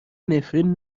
نفرین